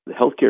healthcare